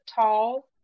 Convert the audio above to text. tall